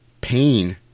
pain